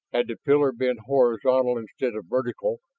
had the pillar been horizontal instead of vertical,